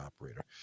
operator